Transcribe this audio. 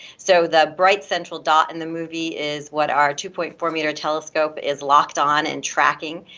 so the bright central dot in the movie is what our two point four meter telescope is locked on and tracking.